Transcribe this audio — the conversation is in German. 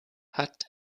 hat